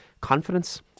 Confidence